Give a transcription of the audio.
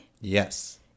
Yes